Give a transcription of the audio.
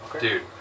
Dude